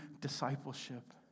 discipleship